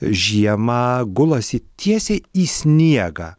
žiemą gulasi tiesiai į sniegą